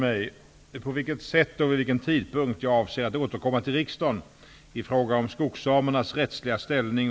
I betänkandet anges bl.a. följande.